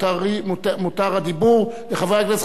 מותר הדיבור לחברי הכנסת.